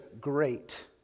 great